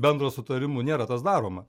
bendru sutarimu nėra tas daroma